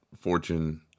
fortune